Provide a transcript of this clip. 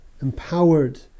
empowered